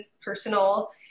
personal